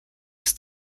aus